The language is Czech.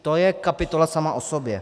To je kapitola sama o sobě.